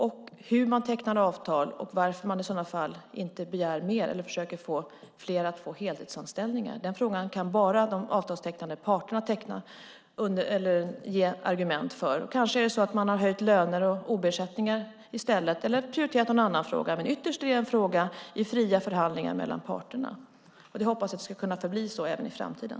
Det handlar om hur man tecknar avtal och varför man i så fall inte begär mer eller försöker få till fler heltidsanställningar. Den frågan kan bara de avtalstecknande parterna ge argument för. Kanske har man höjt löner eller OB-ersättningar i stället eller prioriterat någon annan fråga. Men ytterst är detta en fråga i fria förhandlingar mellan parterna, och jag hoppas att det ska kunna förbli så även i framtiden.